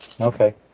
Okay